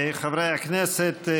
חברי הכנסת,